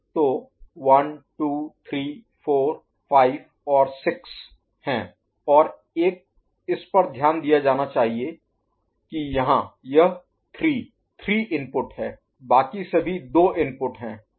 तो 1 2 3 4 5 और 6 है और एक इस पर ध्यान दिया जाना चाहिए कि यहां यह 3 3 इनपुट है बाकी सभी 2 इनपुट हैं